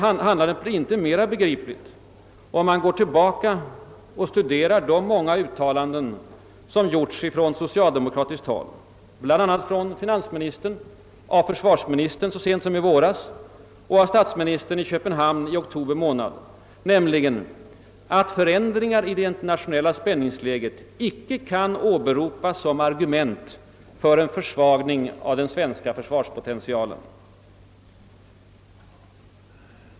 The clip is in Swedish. Handlandet blir inte mera begripligt om man går tillbaka och studerar de många uttalanden som gjorts från socialdemokratiskt håll, bl.a. av finansministern, av försvarsministern så sent som i våras och av statsministern i Köpenhamn i oktober månad, nämligen att förändringar i det internationella spänningsläget inte kan åberopas som argument för en försvagning av den svenska försvarspotentialen.